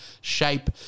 shape